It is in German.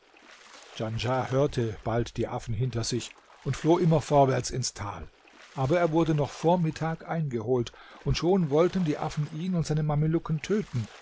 djanschah hörte bald die affen hinter sich und floh immer vorwärts ins tal aber er wurde noch vor mittag eingeholt und schon wollten die affen ihn und seine mamelucken töten